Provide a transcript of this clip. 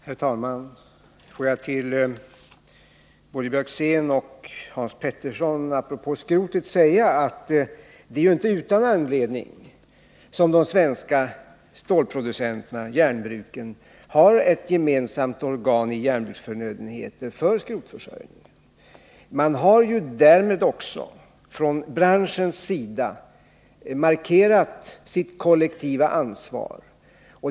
Herr talman! Får jag till både Karl Björzén och Hans Petersson i Hallstahammar apropå skrotet säga att det inte är utan anledning som de svenska stålproducenterna, järnbruken, har ett gemensamt inköpsorgan för sin skrotförsörjning. Branschen har därmed också markerat sitt kollektiva ansvar.